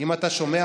אם אתה שומע,